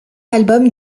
album